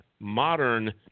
modern